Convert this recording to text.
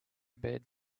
bed